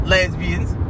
Lesbians